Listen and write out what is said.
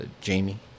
Jamie